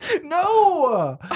No